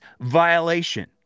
violation